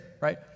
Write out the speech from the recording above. right